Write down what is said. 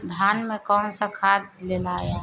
धान मे कौन सा खाद दियाला?